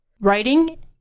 writing